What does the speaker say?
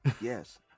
Yes